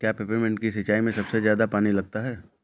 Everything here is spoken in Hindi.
क्या पेपरमिंट की सिंचाई में सबसे ज्यादा पानी लगता है?